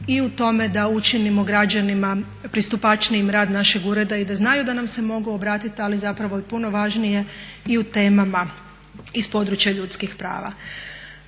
i u tome da učinimo građanima pristupačnijim rad našeg ureda i za znaju da nam se mogu obratiti, ali zapravo i puno važnije i u temama iz područja ljudskih prava.